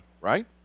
right